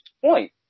point